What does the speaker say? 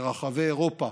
ברחבי אירופה